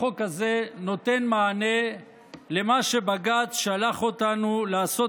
החוק הזה נותן מענה למה שבג"ץ שלח אותנו לעשות,